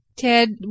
Ted